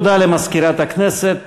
תודה למזכירת הכנסת.